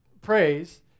praise